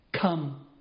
come